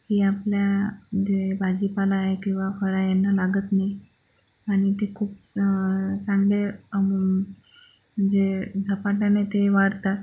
ही आपल्या म्हणजे भाजीपाला आहे किंवा फळं आहे यांना लागत नाही आणि ते खूप चांगले म्हणजे झपाटयाने ते वाढतात